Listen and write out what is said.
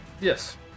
Yes